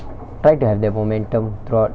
try to have the momentum throughout